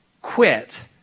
quit